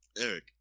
Eric